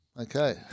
Okay